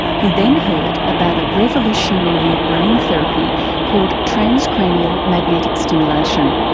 he then heard about a revolutionary new brain therapy called transcranial magnetic stimulation.